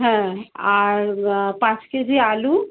হ্যাঁ আর পাঁচ কেজি আলু